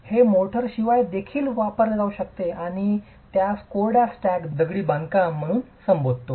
हे मोर्टारशिवाय देखील वापरले जाऊ शकते आणि आम्ही त्यास कोरड्या स्टॅक दगडी बांधकाम म्हणून संबोधतो